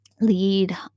lead